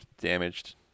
damaged